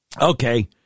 Okay